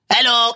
Hello